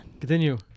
continue